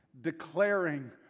declaring